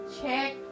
check